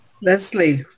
Leslie